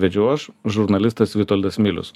vedžiau aš žurnalistas vitoldas milius